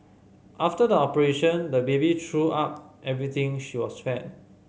after the operation the baby threw up everything she was fed